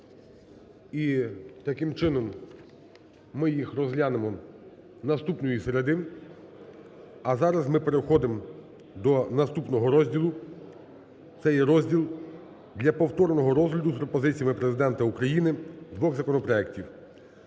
і таким чином ми їх розглянемо наступної середи. А зараз ми переходимо до наступного розділу, це є розділ "для повторного розгляду з пропозиціями Президента України" двох законопроектів.